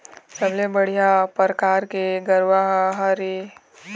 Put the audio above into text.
सबले बढ़िया परकार के गरवा का हर ये?